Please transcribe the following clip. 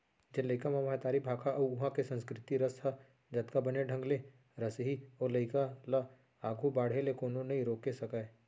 जेन लइका म महतारी भाखा अउ उहॉं के संस्कृति रस ह जतका बने ढंग ले रसही ओ लइका ल आघू बाढ़े ले कोनो नइ रोके सकयँ